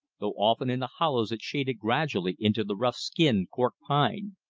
though often in the hollows it shaded gradually into the rough-skinned cork pine.